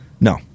No